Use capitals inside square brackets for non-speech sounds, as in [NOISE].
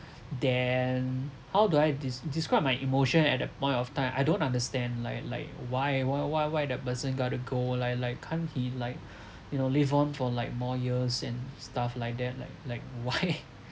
then how do I des~ describe my emotion at the point of time I don't understand like like why why why why the person got to go like like can't he like you know live on for like more years and stuff like that like like why [LAUGHS]